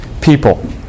people